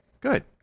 Good